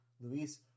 Luis